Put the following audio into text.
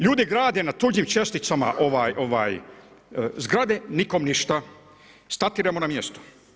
Ljudi grade na tuđim česticama zgrade, nikom ništa, statiramo na mjestu.